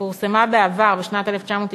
פורסמה רשימה בעבר, בשנת 1991,